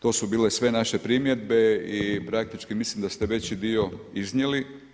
To su bile sve naše primjedbe i praktički mislim da ste veći dio iznijeli.